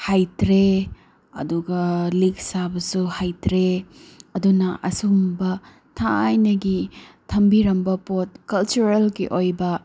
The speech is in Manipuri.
ꯍꯩꯇ꯭ꯔꯦ ꯑꯗꯨꯒ ꯂꯤꯛ ꯁꯥꯕꯁꯨ ꯍꯩꯇ꯭ꯔꯦ ꯑꯗꯨꯅ ꯑꯁꯤꯒꯨꯝꯕ ꯊꯥꯏꯅꯒꯤ ꯊꯝꯕꯤꯔꯝꯕ ꯄꯣꯠ ꯀꯜꯆꯔꯦꯜꯒꯤ ꯑꯣꯏꯕ